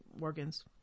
organs